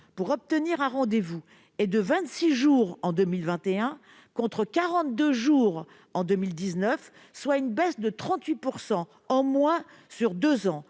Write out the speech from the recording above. pour obtenir un rendez-vous était de 26 jours en 2021, contre 42 jours en 2019, soit une baisse de 38 % sur deux ans,